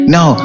Now